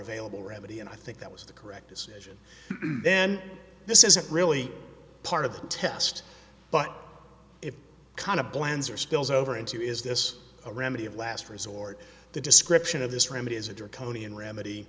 available remedy and i think that was the correct decision then this isn't really part of the test but it kind of blends or spills over into is this a remedy of last resort the description of this remedy is a draconian remedy